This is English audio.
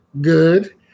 good